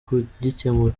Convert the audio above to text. kugikemura